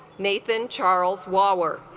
nathan charles waller